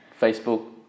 Facebook